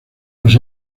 los